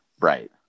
right